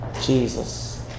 Jesus